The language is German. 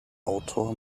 autor